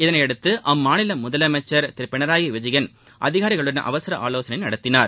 இதனையடுத்து அம்மாநில முதலமைச்ச் திரு பினராயி விஜயன் அதிகாரிகளுடன் அவசரமாக ஆவோசனை நடத்தினார்